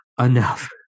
enough